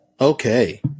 Okay